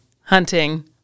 hunting